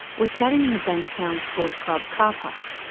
we're chatting in the bankstown sports club car park.